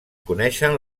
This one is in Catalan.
coneixen